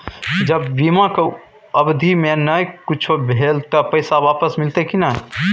ज बीमा के अवधि म नय कुछो भेल त पैसा वापस मिलते की नय?